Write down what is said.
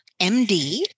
MD